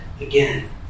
again